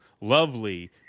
lovely